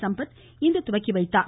சம்பத் இன்று துவக்கி வைத்தார்